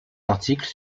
articles